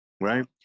Right